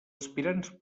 aspirants